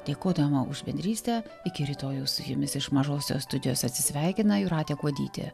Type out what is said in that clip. dėkodama už bendrystę iki rytojaus su jumis iš mažosios studijos atsisveikina jūratė kuodytė